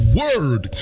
word